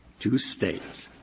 two states,